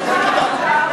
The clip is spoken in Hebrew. זה לא הגיוני.